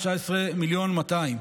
19.2 מיליון,